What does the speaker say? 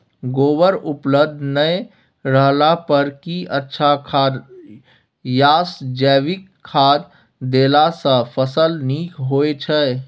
गोबर उपलब्ध नय रहला पर की अच्छा खाद याषजैविक खाद देला सॅ फस ल नीक होय छै?